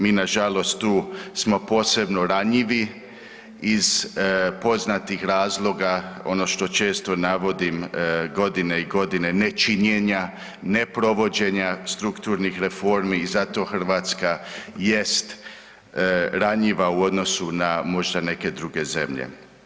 Mi nažalost tu smo posebno ranjivi iz poznatih razloga, ono što često navodim, godine i godine nečinjenja, ne provođenja strukturnih reformi i zato Hrvatska jest ranjiva u odnosu na možda neke druge zemlje.